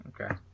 Okay